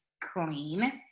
clean